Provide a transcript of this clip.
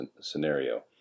scenario